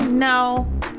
No